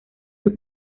sus